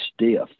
stiff